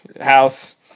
house